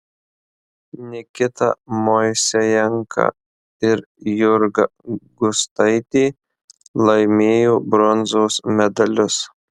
nikita moisejenka ir jurga gustaitė laimėjo bronzos medalius